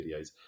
videos